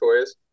toys